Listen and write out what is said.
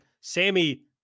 Sammy